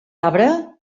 arbre